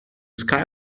sky